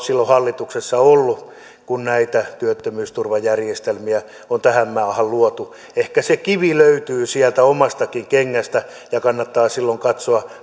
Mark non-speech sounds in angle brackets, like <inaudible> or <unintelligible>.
<unintelligible> silloin hallituksessa ollut kun näitä työttömyysturvajärjestelmiä on tähän maahan luotu ehkä se kivi löytyy sieltä omastakin kengästä ja kannattaa silloin katsoa <unintelligible>